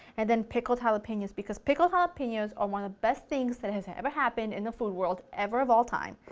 and then pickled jalapenos, because pickled jalapenos are one of the best things that have ever happened in the food world, ever of all time.